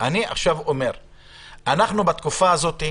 אני עכשיו אומר שבתקופה הזאת,